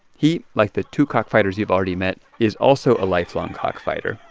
he, like the two cockfighters we've already met, is also a lifelong cockfighter.